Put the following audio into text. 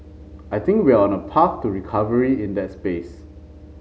I think we're on a path to recovery in that space